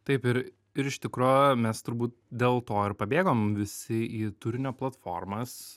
taip ir ir ištikro mes turbūt dėl to ir pabėgom visi į turinio platformas